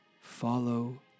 Follow